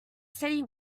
steady